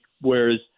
whereas